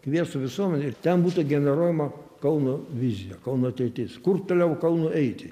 kviestų visuomenę ir ten būtų generuojama kauno vizija kauno ateitis kur toliau kaunu eiti